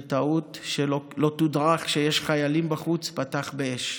בטעות, שלא תודרך שיש חיילים בחוץ, פתח באש,